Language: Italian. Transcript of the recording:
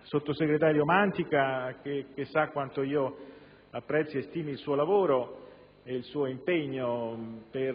al sottosegretario Mantica, che sa quanto io apprezzi e stimi il suo lavoro e il suo impegno per